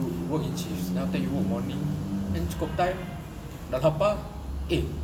you work in shifts then after you work morning then cukup time dah lapar eh